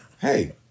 Hey